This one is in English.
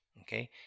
Okay